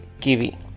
kiwi